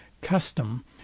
custom